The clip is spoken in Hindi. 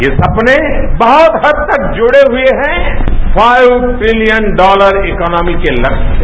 ये सपने बहुत हद तक जुड़े हुए हैं फाइव ट्रिलियन डॉलर इकॉनोमी के लक्ष्य से